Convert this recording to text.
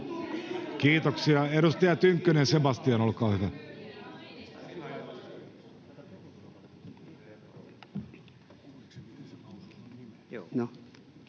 Kiitoksia. — Edustaja Tynkkynen, Sebastian, olkaa hyvä.